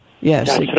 Yes